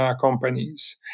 companies